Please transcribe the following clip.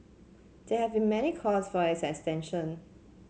there have been many calls for its extension